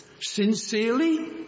sincerely